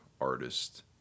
artist